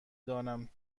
دانم